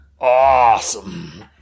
awesome